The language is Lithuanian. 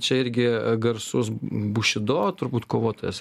čia irgi garsus bušido turbūt kovotojas